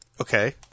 Okay